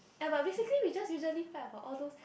ya but basically we just usually fight about all those